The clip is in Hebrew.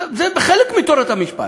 זהו, זה חלק מתורת המשפט,